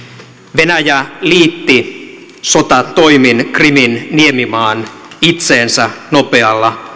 venäjä liitti sotatoimin krimin niemimaan itseensä nopealla